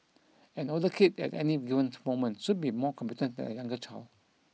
an older kid at any given to moment should be more competent than a younger child